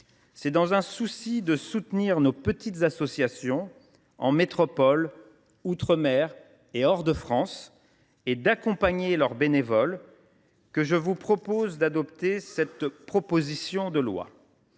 C’est dans un souci de soutenir nos petites associations, en métropole, outre mer et hors de France, et d’accompagner leurs bénévoles que je vous propose d’adopter cette proposition de loi.